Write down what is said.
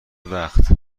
وقت